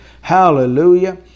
Hallelujah